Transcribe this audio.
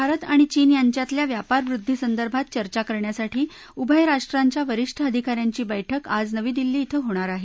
भारत आणि चीन यांच्यातल्या व्यापारवृद्धीसंदर्भात चर्चा करण्यासाठी उभय राष्ट्रांच्या वरीष्ठ अधिका यांची बैठक आज नवी दिल्ली ध्वें होणार आहे